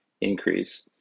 increase